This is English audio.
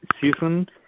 season